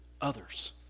others